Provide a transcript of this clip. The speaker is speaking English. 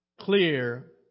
clear